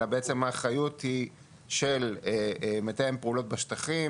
אלא בעצם האחריות היא של מתאם הפעולות בשטחים,